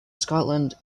scotland